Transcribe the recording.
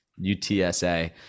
UTSA